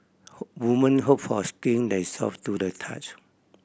women hope for skin that is soft to the touch